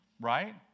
Right